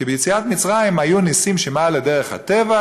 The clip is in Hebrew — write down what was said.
כי ביציאת מצרים היו נסים שמעל לדרך הטבע,